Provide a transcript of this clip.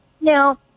now